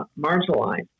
marginalized